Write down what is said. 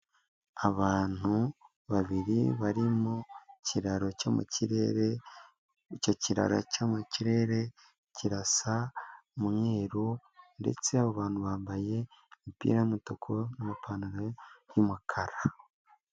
Abantu babiri bari mu kiraro cyo mu kirere, icyo kiraro cyo mu kirere kirasa umweru ndetse abantu bambaye imipira y'umutuku n'amapantaro y'umukara.